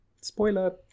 Spoiler